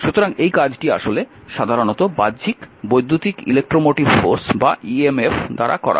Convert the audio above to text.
সুতরাং এই কাজটি আসলে সাধারণত বাহ্যিক বৈদ্যুতিক ইলেক্ট্রোমোটিভ ফোর্স বা ইএমএফ দ্বারা করা হয়